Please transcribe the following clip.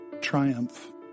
Triumph